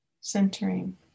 centering